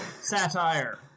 satire